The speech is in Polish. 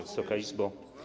Wysoka Izbo!